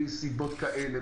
מסיבות כאלה,